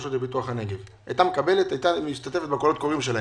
2016. היום היא משתתפת בקולות הקוראים שלהם.